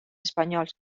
espanyols